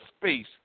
space